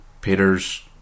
Peter's